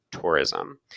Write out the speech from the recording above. tourism